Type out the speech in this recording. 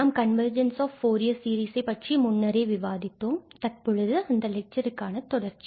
நாம் convergence of Fourier சீரிசை பற்றி முன்னரே விவாதித்தோம் மற்றும் தற்பொழுது இது அந்த லெக்சருக்கான தொடர்ச்சி